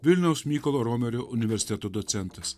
vilniaus mykolo romerio universiteto docentas